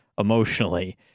emotionally